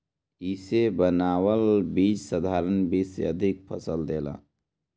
इसे बनावल बीज साधारण बीज से अधिका फसल देला